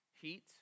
heat